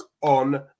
on